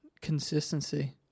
consistency